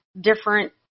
different